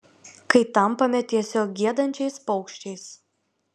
kai tampame tiesiog giedančiais paukščiais